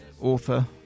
author